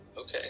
Okay